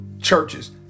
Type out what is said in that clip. churches